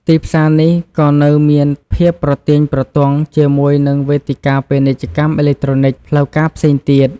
ទីផ្សារនេះក៏នៅមានភាពប្រទាញប្រទង់ជាមួយនឹងវេទិកាពាណិជ្ជកម្មអេឡិចត្រូនិកផ្លូវការផ្សេងទៀត។